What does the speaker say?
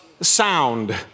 sound